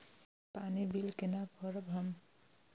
पानी बील केना भरब हम?